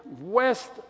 west